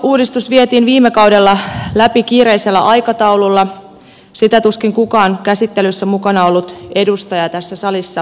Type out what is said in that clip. aluehallintouudistus vietiin viime kaudella läpi kiireisellä aikataululla sitä tuskin kukaan käsittelyssä mukana ollut edustaja tässä salissa kiistää